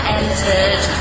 entered